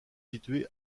situés